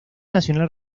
nacional